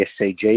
SCG